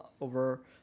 over